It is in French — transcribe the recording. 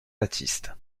baptiste